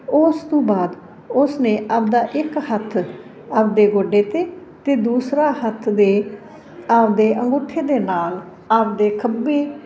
ਉਸ ਤੋਂ ਬਾਅਦ ਉਸ ਨੇ ਆਪਣਾ ਇੱਕ ਹੱਥ ਆਪਣੇ ਗੋਡੇ 'ਤੇ ਅਤੇ ਦੂਸਰਾ ਹੱਥ ਦੇ ਆਪਣੇ ਅੰਗੂਠੇ ਦੇ ਨਾਲ ਆਪਣੇ ਖੱਬੇ